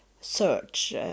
search